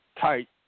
tight